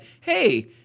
hey